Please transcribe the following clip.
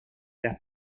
las